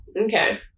Okay